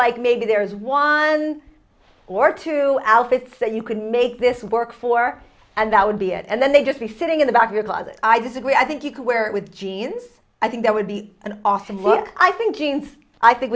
like maybe there is one or two outfits that you could make this work for and that would be it and then they just be sitting in the back of your closet i disagree i think you can wear it with jeans i think that would be an off and look i think jeans i think